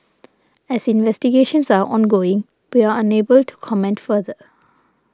as investigations are ongoing we are unable to comment further